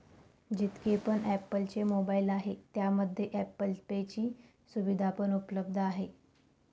जितके पण ॲप्पल चे मोबाईल आहे त्यामध्ये ॲप्पल पे ची सुविधा पण उपलब्ध आहे